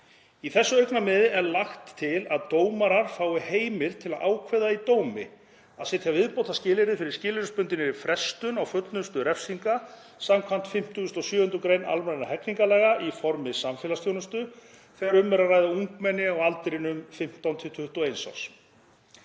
Í þessu augnamiði er lagt til að dómarar fái heimild til að ákveða í dómi að setja viðbótarskilyrði fyrir skilorðsbundinni frestun á fullnustu refsingar skv. 57. gr. almennra hegningarlaga í formi samfélagsþjónustu þegar um er að ræða ungmenni á aldrinum 15–21